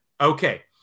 Okay